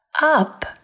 up